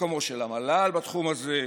מקומו של המל"ל בתחום הזה,